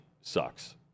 sucks